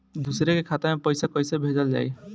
दूसरे के खाता में पइसा केइसे भेजल जाइ?